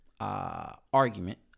Argument